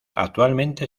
actualmente